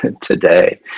today